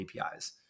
APIs